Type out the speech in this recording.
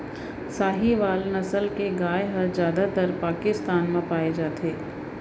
साहीवाल नसल के गाय हर जादातर पाकिस्तान म पाए जाथे